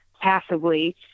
passively